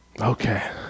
Okay